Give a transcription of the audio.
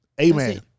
Amen